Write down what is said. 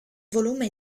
volume